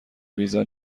ویزا